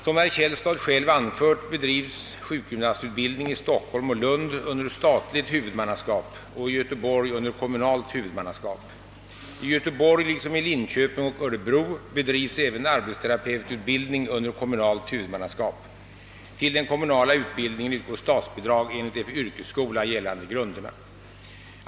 Som herr Källstad själv anfört bedrivs sjukgymnastutbildning i Stockholm och Lund under statligt huvudmannaskap och i Göteborg under kommunalt huvudmannaskap. I Göteborg liksom i Linköping och Örebro bedrivs även arbetsterapeututbildning under kommunalt huvudmannaskap. Till den kommunala utbildningen utgår statsbidrag enligt de för yrkesskola gällande grunderna.